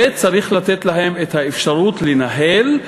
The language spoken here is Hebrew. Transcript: וצריך לתת להם את האפשרות לנהל,